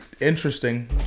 interesting